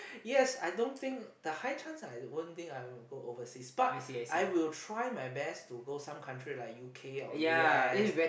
yes I don't think the high chance I'd one thing I will go overseas but I will try my best to go some country like u_k or u_s